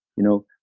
you know,